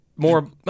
More